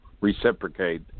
reciprocate